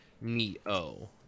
Neo